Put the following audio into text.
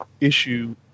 issue